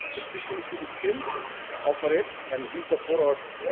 the system should be still operated and give the four hours,